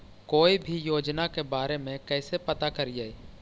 कोई भी योजना के बारे में कैसे पता करिए?